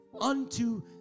unto